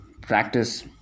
practice